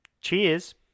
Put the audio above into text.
Cheers